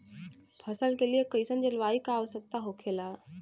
फसल के लिए कईसन जलवायु का आवश्यकता हो खेला?